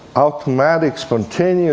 automatic, spontaneous